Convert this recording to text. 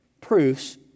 proofs